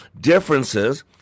differences